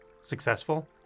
successful